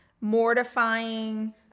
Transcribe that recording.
mortifying